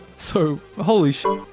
so holy so